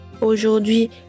Aujourd'hui